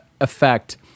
effect